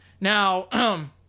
Now